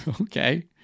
Okay